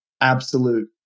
absolute